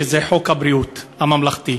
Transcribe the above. חוק ביטוח בריאות ממלכתי.